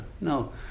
No